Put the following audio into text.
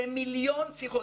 למיליון שיחות.